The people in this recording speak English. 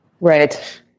Right